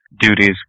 duties